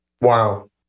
wow